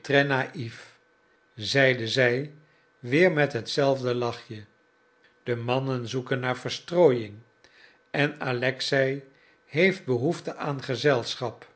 très naïf zeide zij weer met hetzelfde lachje de mannen zoeken naar verstrooiing en alexei heeft behoefte aan gezelschap